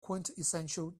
quintessential